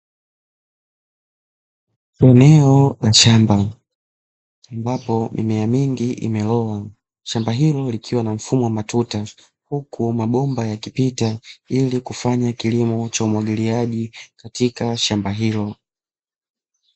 Eneo la shamba ambapo mimea mingi imeloa, shamba hili likiwa na mfumo wa matuta huku mabomba yakipita ili kufanya kilimo cha umwagiliaji katika shamba hilo.